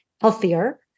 healthier